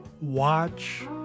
watch